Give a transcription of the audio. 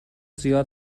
زیاد